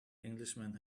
englishman